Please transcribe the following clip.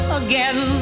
again